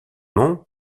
nom